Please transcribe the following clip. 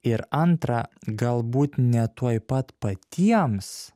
ir antra galbūt ne tuoj pat patiems